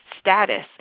status